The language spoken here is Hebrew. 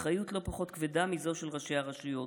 אחריות לא פחות כבדה מזו של ראשי הרשויות.